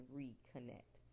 reconnect